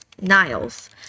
niles